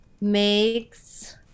makes